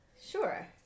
Sure